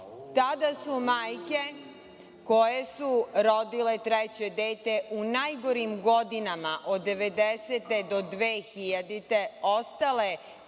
Tada su majke koje su rodile treće dete u najgorim godinama od 1990. do 2000. godine,